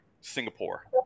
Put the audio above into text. singapore